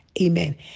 Amen